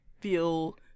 feel